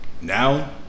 now